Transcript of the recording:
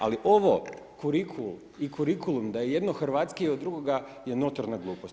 Ali ovo kurikul i kurikulum da je jedno hrvatskije od drugoga je notorna glupost.